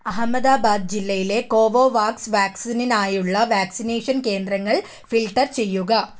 അഹമ്മദാബാദ് ജില്ലയിലെ കോവോവാക്സ് വാക്സിനിനായുള്ള വാക്സിനേഷൻ കേന്ദ്രങ്ങൾ ഫിൽട്ടർ ചെയ്യുക